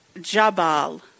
Jabal